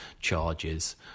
charges